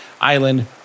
Island